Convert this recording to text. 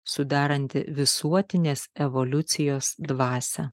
sudaranti visuotinės evoliucijos dvasią